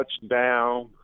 touchdown